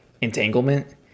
entanglement